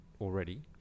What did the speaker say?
already